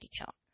account